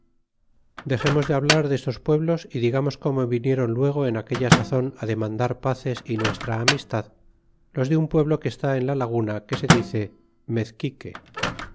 dexemos de hablar destos pueblos y digamos como vinieron luego en aquella sazon a demandar paces y nuestra amistad los de un pueblo que está en la laguna que se dice